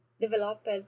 developed